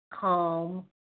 calm